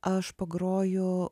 aš pagroju